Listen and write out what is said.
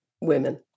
women